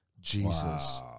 Jesus